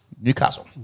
Newcastle